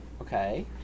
Okay